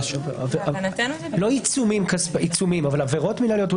לא עיצומים, אבל עבירות מינהליות.